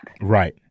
Right